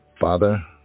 Father